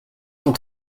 cent